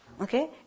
Okay